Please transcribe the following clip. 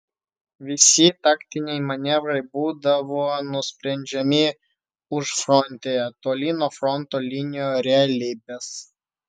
visi taktiniai manevrai būdavo nusprendžiami užfrontėje toli nuo fronto linijų realybės